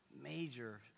major